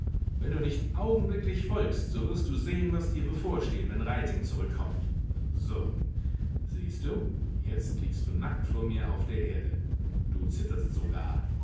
wenn du nicht augenblicklich folgst so wirst du sehen was dir bevorsteht wenn reiting zurückkommt so siehst du jetzt liegst du nackt vor mir auf der erde du zitterst sogar